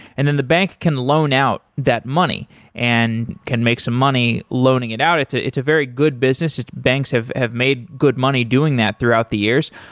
and then the bank can loan out that money and can make some money loaning it out. it's ah it's a very good business. banks have have made good money doing that throughout the years.